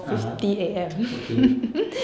(uh huh) okay